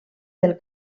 del